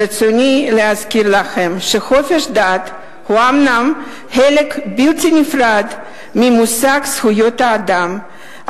ברצוני להזכיר לכם שחופש דת הוא אומנם חלק בלתי נפרד ממושג זכויות האדם,